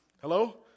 Hello